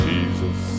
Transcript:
Jesus